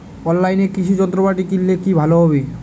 অনলাইনে কৃষি যন্ত্রপাতি কিনলে কি ভালো হবে?